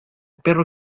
perro